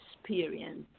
experience